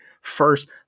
First